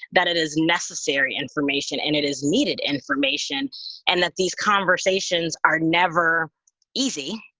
that it is necessary information and it is needed information and that these conversations are never easy,